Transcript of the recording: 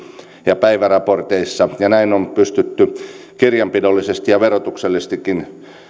ja päiväraporteissa ja näin on pystytty kirjanpidollisesti ja verotuksellisestikin